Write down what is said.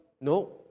No